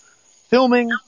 filming